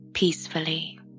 peacefully